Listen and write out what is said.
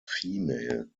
female